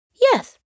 Yes